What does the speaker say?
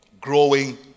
growing